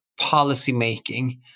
policymaking